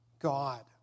God